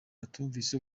batumvise